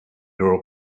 door